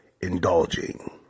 indulging